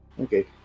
Okay